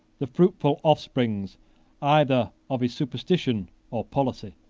the fruitful offsprings either of his superstition or policy.